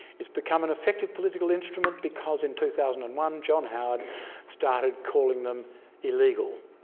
it's become an effective political instrument because in two thousand and one john howard started calling them illegals.